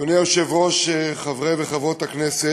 אדוני היושב-ראש, חברי וחברות הכנסת,